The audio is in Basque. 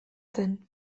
zen